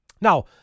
Now